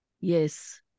Yes